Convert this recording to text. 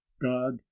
god